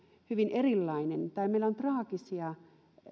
hyvin erilainen tai meillä on traagisia